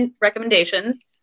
recommendations